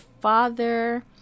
Father